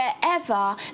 wherever